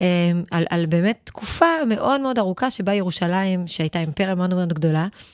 על באמת תקופה מאוד מאוד ארוכה שבה ירושלים, שהייתה אימפריה מאוד מאוד גדולה.